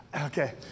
Okay